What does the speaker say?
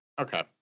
Okay